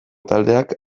taldeak